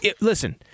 listen